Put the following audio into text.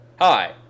hi